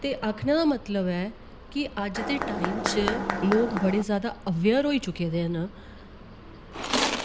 ते आक्खने दा मतलव ऐ कि अज दे टाइम च लोक बड़े जैदा अवेयर होई चुके दे न